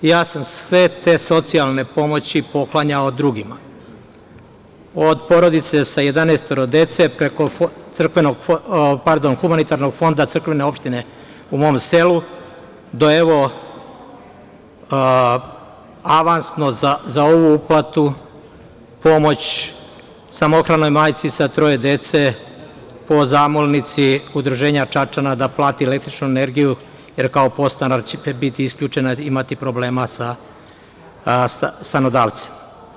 Ja sam sve te socijalne pomoći poklanjao drugima, od porodice sa 11 dece, preko humanitarnog fonda crkvene opštine u mom selu, do evo avansno za ovu uplatu pomoć samohranoj majci sa troje dece po zamolnici Udruženja Čačana, da plati električnu energiju, jer kao podstanar će biti isključena i imati problema sa stanodavcem.